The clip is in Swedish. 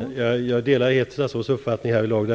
Fru talman! Jag delar helt statsrådets uppfattning härvidlag.